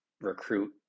recruit